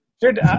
Dude